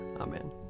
Amen